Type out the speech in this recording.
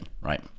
right